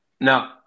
No